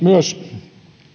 myös